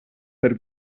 per